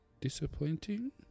disappointing